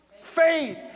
faith